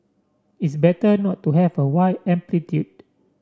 it's better not to have a wide amplitude